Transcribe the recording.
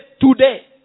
today